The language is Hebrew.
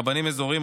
רבנים אזוריים,